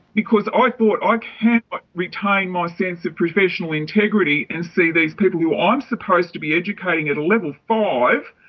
because i thought i cannot but retain my sense of professional integrity and see these people who i'm supposed to be educating at a level five,